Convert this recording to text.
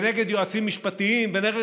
נגד יועצים משפטיים ונגד